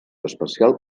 especial